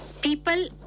people